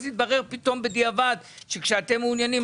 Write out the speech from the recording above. אז יתברר פתאום בדיעבד שכאשר אתם מעוניינים,